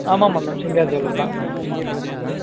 ஆமாம்மா ma'am Singar jeweller தான் ம்